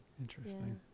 Interesting